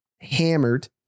Hammered